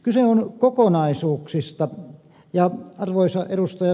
kyse on kokonaisuuksista ja arvoisa ed